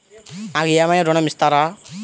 నాకు ఏమైనా ఋణం ఇస్తారా?